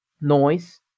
noise